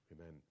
Amen